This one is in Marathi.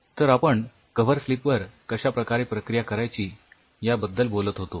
तर आपण कव्हर स्लिप्स वर कश्या प्रकारे प्रक्रिया करायची याबद्दल बोलत होतो